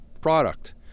product